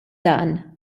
dan